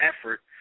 effort